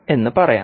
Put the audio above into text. എന്ന് പറയാം